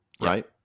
Right